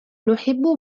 نحب